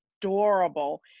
Adorable